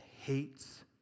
hates